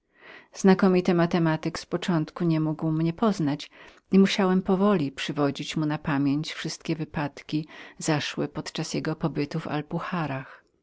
znakomity matematyk z początku nie mógł mnie poznać i musiałem powoli przywodzić mu na pamięć wszystkie wypadki zaszłe podczas jego pobytu